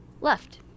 left